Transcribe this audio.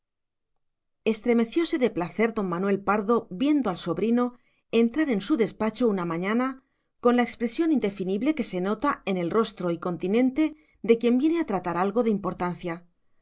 definitiva estremecióse de placer don manuel pardo viendo al sobrino entrar en su despacho una mañana con la expresión indefinible que se nota en el rostro y continente de quien viene a tratar algo de importancia